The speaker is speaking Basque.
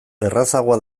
errazagoa